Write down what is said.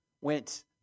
went